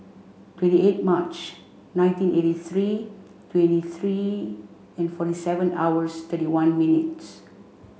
twenty eight March nineteen eighty three twenty three and forty seven hours thirty one minutes